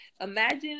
imagine